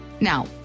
Now